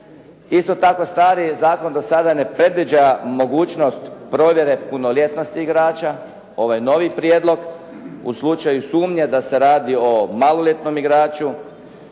Isto tako, stari zakon do sada ne predviđa mogućnost provjere punoljetnosti igrača. Ovo je novi prijedlog u slučaju sumnje da se radi o maloljetnom igraču,